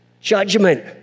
judgment